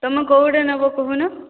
ତୁମେ କେଉଁଗୁଡ଼ା ନେବ କହୁନ